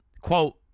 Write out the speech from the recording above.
quote